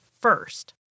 first